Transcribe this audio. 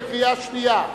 בקריאה שנייה.